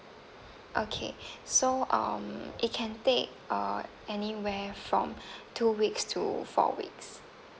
okay so um it can take uh anywhere from two weeks to four weeks